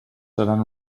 seran